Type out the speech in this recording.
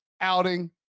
outing